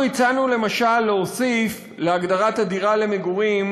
אנחנו הצענו למשל להוסיף להגדרת הדירה למגורים